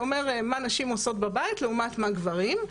שאומר מה נשים עושות בבית לעומת מה גברים עושים.